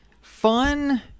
fun